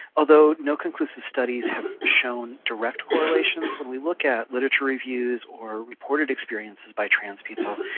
although no conclusive studies have shown direct correlations, when we look at literature reviews or reported experiences by trans people,